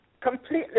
completely